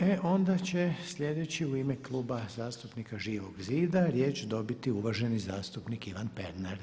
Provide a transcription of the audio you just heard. E onda će sljedeći u ime Kluba zastupnika Živog zida riječ dobiti uvaženi zastupnik Ivan Pernar.